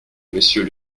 monsieur